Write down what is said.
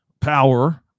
power